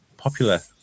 popular